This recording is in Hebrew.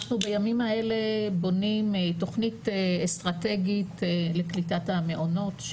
אנחנו בימים האלה בונים תוכנית אסטרטגית לקליטת המעונות.